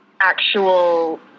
actual